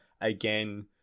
again